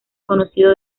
conocido